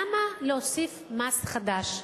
למה להוסיף מס חדש?